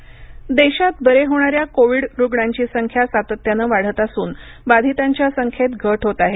Covid देशात बरे होणाऱ्या कोविड रुग्णांची संख्या सातत्याने वाढत असून बाधितांच्या संख्येत घट होत आहे